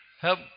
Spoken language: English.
Help